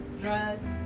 drugs